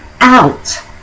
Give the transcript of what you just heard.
out